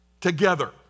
together